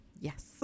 yes